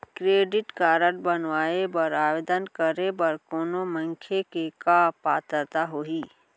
Credit card बनवाए बर आवेदन करे बर कोनो मनखे के का पात्रता होही?